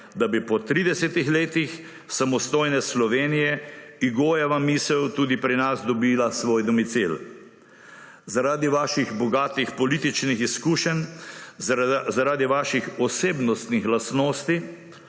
da bi po 30 letih samostojne Slovenije Hugojeva misel tudi pri nas dobila svoj domicil. Zaradi vaših bogatih političnih izkušenj, zaradi vaših osebnostnih lastnosti